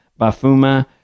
Bafuma